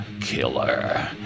Killer